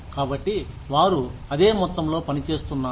కాబట్టి వారు అదే మొత్తంలో పని చేస్తున్నారు